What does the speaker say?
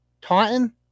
Taunton